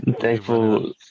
Thankful